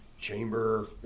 chamber